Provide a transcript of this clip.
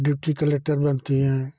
deputy collector बनती हैं